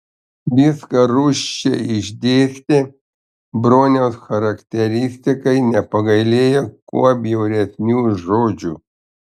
viską rūsčiai išdėstė broniaus charakteristikai nepagailėjo kuo bjauresnių žodžių